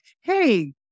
hey